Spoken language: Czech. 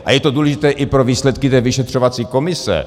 A je to důležité i pro výsledky vyšetřovací komise.